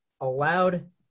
allowed